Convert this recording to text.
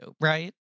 Right